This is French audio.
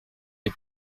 les